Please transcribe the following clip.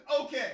Okay